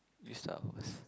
this sucks